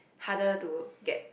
harder to get